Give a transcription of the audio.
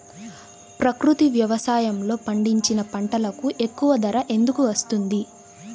ప్రకృతి వ్యవసాయములో పండించిన పంటలకు ఎక్కువ ధర ఎందుకు వస్తుంది?